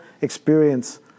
experience